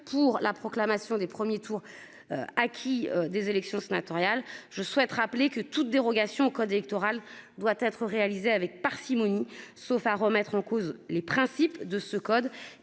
pour la proclamation des premiers tours. Acquis des élections sénatoriales, je souhaite rappeler que toute dérogation au code électoral doit être réalisée avec parcimonie, sauf à remettre en cause les principes de ce code